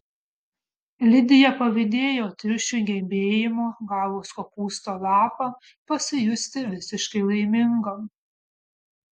lidija pavydėjo triušiui gebėjimo gavus kopūsto lapą pasijusti visiškai laimingam